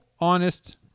honest